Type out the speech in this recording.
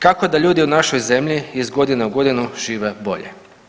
Kako da ljudi u našoj zemlji iz godine u godinu žive bolje?